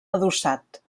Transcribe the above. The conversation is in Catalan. adossat